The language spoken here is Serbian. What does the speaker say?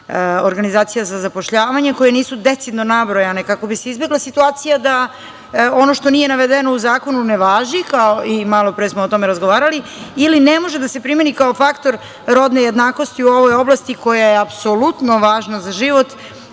organizacija za zapošljavanje koje nisu decidno nabrojane kako bi se izbegla situacija da ono što nije navedeno u zakonu ne važi, kao i malopre smo o tome razgovarali ili ne može da se primeni kao faktor rodne jednakosti u ovoj oblasti koja je apsolutno važna za život,